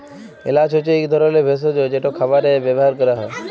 এল্যাচ হছে ইক ধরলের ভেসজ যেট খাবারে ব্যাভার ক্যরা হ্যয়